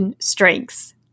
strengths